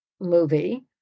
movie